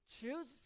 Choose